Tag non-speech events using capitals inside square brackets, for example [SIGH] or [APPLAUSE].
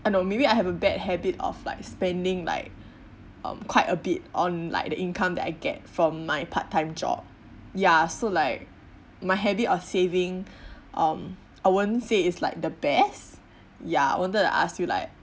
I know maybe I have a bad habit of like spending like um quite a bit on like the income that I get from my part time job ya so like my habit of saving [BREATH] um I won't say it's like the best ya I wanted to ask you like